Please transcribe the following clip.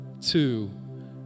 two